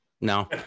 No